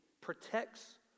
protects